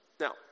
Now